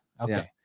Okay